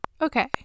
okay